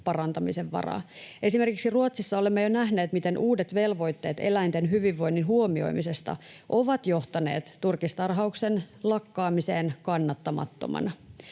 parantamisen varaa. Esimerkiksi Ruotsissa olemme jo nähneet, miten uudet velvoitteet eläinten hyvinvoinnin huomioimisesta ovat johtaneet turkistarhauksen lakkaamiseen kannattamattomana.